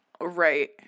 right